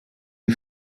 die